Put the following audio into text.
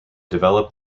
developed